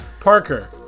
Parker